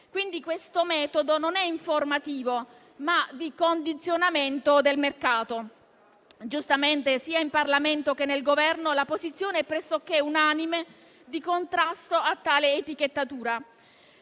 quindi, non è informativo, ma di condizionamento del mercato. Giustamente, sia in Parlamento che nel Governo, la posizione pressoché unanime è di contrasto a tale etichettatura.